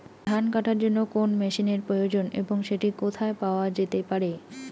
ধান কাটার জন্য কোন মেশিনের প্রয়োজন এবং সেটি কোথায় পাওয়া যেতে পারে?